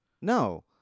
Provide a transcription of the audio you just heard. No